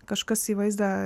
kažkas į vaizdą